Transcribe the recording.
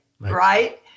Right